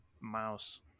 mouse